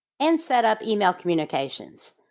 and setup email communications.